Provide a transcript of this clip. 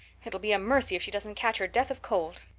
it'll be a mercy if she doesn't catch her death of cold.